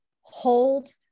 hold